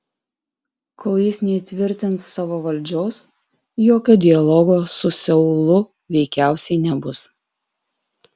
kol jis neįtvirtins savo valdžios jokio dialogo su seulu veikiausiai nebus